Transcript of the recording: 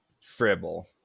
Fribble